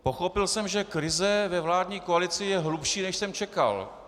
Pochopil jsem, že krize ve vládní koalici je hlubší, než jsem čekal.